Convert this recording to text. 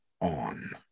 on